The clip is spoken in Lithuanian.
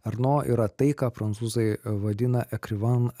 erno yra tai ką prancūzai vadina ekrivan